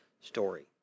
story